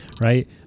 Right